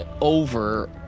over